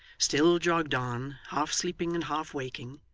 still jogged on, half sleeping and half waking,